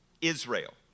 Israel